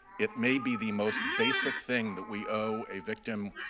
it may be the most basic thing that we owe a victim,